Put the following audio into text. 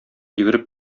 йөгереп